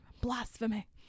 Blasphemy